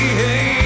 hey